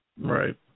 Right